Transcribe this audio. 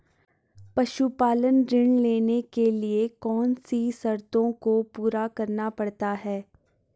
पशुपालन ऋण लेने के लिए कौन सी शर्तों को पूरा करना पड़ता है?